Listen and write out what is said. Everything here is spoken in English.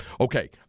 Okay